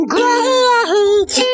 Great